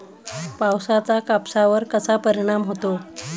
पावसाचा कापसावर कसा परिणाम होतो?